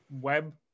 web